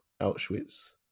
Auschwitz